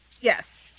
Yes